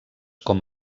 com